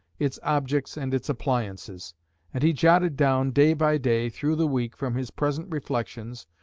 its objects and its appliances and he jotted down, day by day, through the week, from his present reflections,